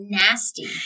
nasty